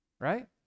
right